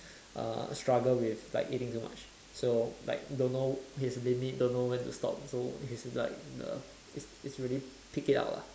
uh struggle with like eating too much so like don't know his limit don't know when to stop so he's like the it's it's really pig it out lah